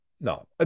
No